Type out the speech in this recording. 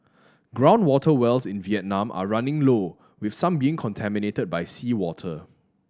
ground water wells in Vietnam are running low with some being contaminated by seawater